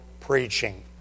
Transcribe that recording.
preaching